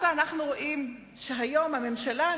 אנחנו רואים שהיום הממשלה,